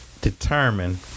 determine